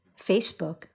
Facebook